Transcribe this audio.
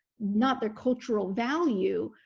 not their cultural value,